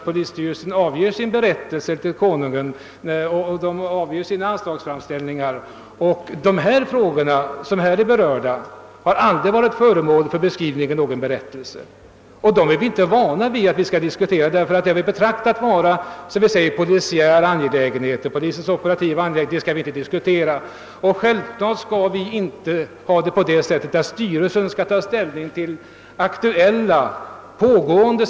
Polisstyrelsen avger nämligen berättelse och anslagsäskanden till Kungl. Maj:t, men de frågor som det här rör sig om har aldrig varit föremål för 'beskrivning i någon berättelse. Och vi är inte vana vid att diskutera dem, därför att vi har betraktat dem som polisiära angelägenheter, och polisens operativa uppgifter skall vi inte diskutera. Självfallet skall styrelsen inte ta ställning till aktuella situationer, eller till arbete som just pågår.